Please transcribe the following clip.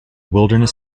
wilderness